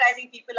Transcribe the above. people